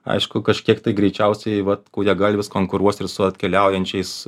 aišku kažkiek tai greičiausiai vat kūjagalvis konkuruos ir su atkeliaujančiais